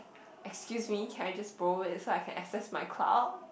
excuse me can I just borrow so I can access my cloud